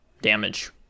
damage